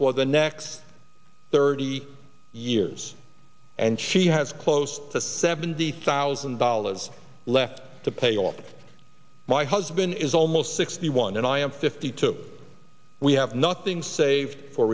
for the next thirty years and she has close to seventy thousand dollars left to pay off my husband is almost sixty one and i am fifty two we have nothing saved for